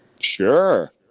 Sure